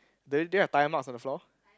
they they have tyre mask on the floor